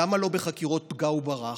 למה לא בחקירות פגע וברח?